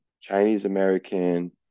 Chinese-American